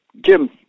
Jim